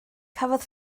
cafodd